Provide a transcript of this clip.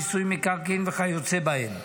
מיסוי מקרקעין וכיוצא בהם.